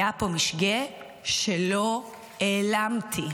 היה פה משגה שלא העלמתי",